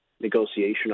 negotiation